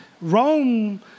Rome